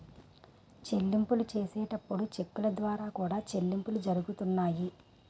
చెల్లింపులు చేసేటప్పుడు చెక్కుల ద్వారా కూడా చెల్లింపులు జరుగుతున్నాయి